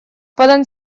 poden